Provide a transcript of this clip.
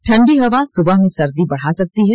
ठंडी हवा सुबह में सर्दी बढ़ा सकती है